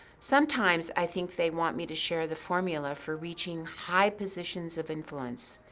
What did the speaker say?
sometimes i think they want me to share the formula for reaching high positions of influence,